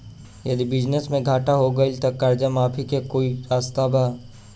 यदि बिजनेस मे घाटा हो गएल त कर्जा माफी के कोई रास्ता बा?